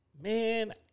Man